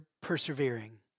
persevering